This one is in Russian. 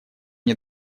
мне